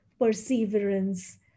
perseverance